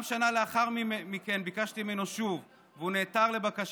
שנה לאחר מכן ביקשתי ממנו שוב, והוא נעתר לבקשתי.